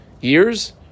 Years